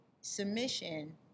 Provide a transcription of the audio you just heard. submission